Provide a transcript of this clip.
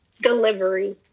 delivery